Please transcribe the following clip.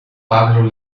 pablo